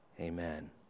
amen